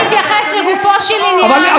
אבל אתם לא יכולים להפריע לה.